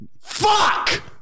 Fuck